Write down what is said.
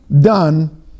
done